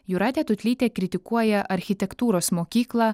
jūratė tutlytė kritikuoja architektūros mokyklą